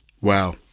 wow